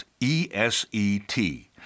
E-S-E-T